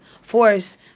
force